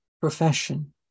profession